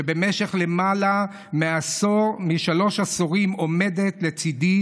שבמשך למעלה משלושה עשורים עומדת לצידי